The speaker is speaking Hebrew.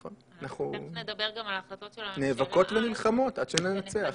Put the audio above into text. נכון, אנחנו נאבקות ונלחמות עד שננצח.